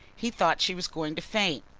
he thought she was going to faint.